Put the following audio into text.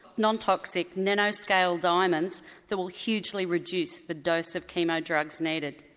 non-toxic nano-scale diamonds that will hugely reduce the dose of chemo drugs needed.